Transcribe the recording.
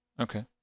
Okay